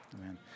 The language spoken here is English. Amen